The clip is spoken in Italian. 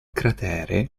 cratere